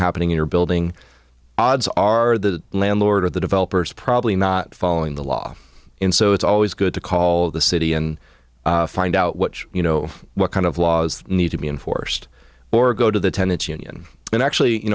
happening in your building odds are the landlord of the developers probably not following the law in so it's always good to call the city and find out what you know what kind of laws need to be enforced or go to the tenet union and actually you